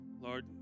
lord